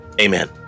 Amen